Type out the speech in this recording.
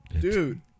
Dude